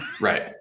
Right